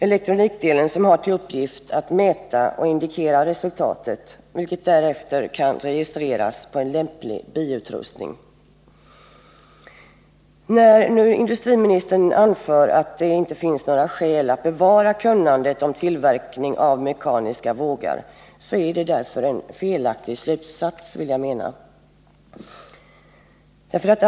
Den senare har till uppgift att mäta och indikera resultatet, vilket därefter kan registreras på en lämplig bilutrustning. När nu industriministern säger att det inte finns några skäl att bevara kunnandet om tillverkning av mekaniska vågar menar jag att han gör sig skyldig till en felaktig slutsats.